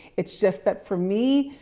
it's just that for me,